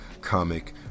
comic